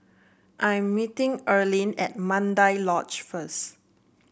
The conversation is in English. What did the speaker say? I am meeting Erline at Mandai Lodge first